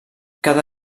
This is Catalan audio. cada